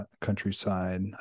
countryside